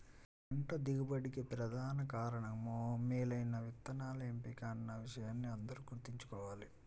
పంట దిగుబడికి ప్రధాన కారణంగా మేలైన విత్తనాల ఎంపిక అన్న విషయాన్ని అందరూ గుర్తుంచుకోవాలి